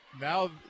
now